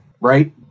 right